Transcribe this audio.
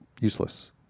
useless